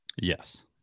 Yes